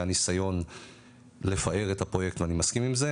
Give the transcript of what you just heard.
ניסיון לפאר את הפרויקט ואני מסכים עם זה,